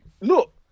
Look